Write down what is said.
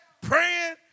praying